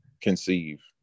conceive